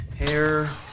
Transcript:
Hair